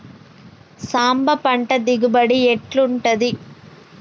సాంబ పంట దిగుబడి ఎట్లుంటది?